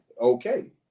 Okay